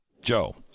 joe